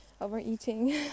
overeating